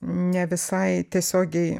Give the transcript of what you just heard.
ne visai tiesiogiai